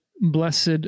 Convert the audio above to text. blessed